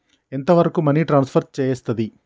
ఎంత వరకు money transfer చేయస్తది?